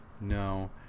no